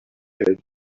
had